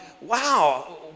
wow